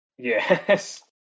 Yes